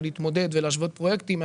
להתמודד ולהשוות פרויקטים,